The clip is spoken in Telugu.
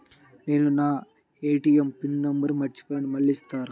నేను నా ఏ.టీ.ఎం పిన్ నంబర్ మర్చిపోయాను మళ్ళీ ఇస్తారా?